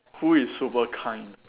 who is super kind